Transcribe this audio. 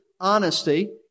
honesty